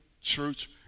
church